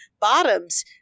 bottoms